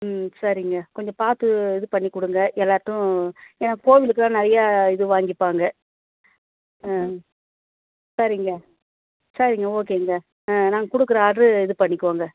ம் சரிங்க கொஞ்சம் பார்த்து இது பண்ணிக் கொடுங்க எல்லார்ட்டும் ஏன்னா கோவிலுக்கெலாம் நிறையா இது வாங்கிப்பாங்க ஆ சரிங்க சரிங்க ஓகேங்க ஆ நாங்க கொடுக்குற ஆட்ரு இது பண்ணிக்கோங்க